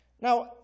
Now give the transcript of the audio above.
Now